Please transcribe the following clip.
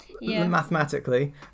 mathematically